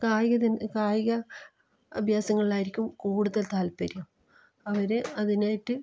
കായിക കായിക ആഭ്യാസങ്ങളായിരിക്കും കൂടുതൽ താൽപ്പര്യം അവര് അതിനായിട്ട്